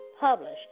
published